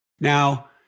Now